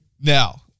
Now